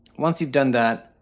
once you've done that,